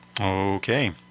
Okay